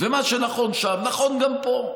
ומה שנכון שם נכון גם פה.